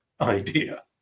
idea